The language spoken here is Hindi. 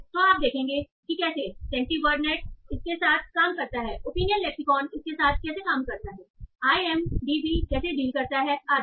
तो आप देखेंगे कि कैसे सेंटीवर्डनेट इसके साथ काम करता हैओपिनियन लैक्सिकोन इसके साथ कैसे काम करता है आई एम डी बी इससे कैसे डील करता है आदि